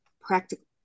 practical